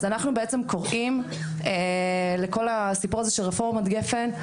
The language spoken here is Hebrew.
אנחנו קוראים לכל הסיפור הזה של רפורמת גפ"ן,